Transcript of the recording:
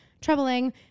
Troubling